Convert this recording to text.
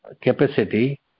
capacity